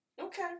Okay